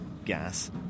gas